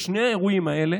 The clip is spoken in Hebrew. בשני האירועים האלה